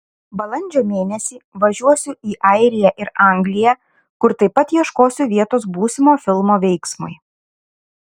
balandžio mėnesį važiuosiu į airiją ir angliją kur taip pat ieškosiu vietos būsimo filmo veiksmui